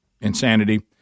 insanity